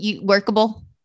workable